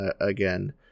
again